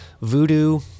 Voodoo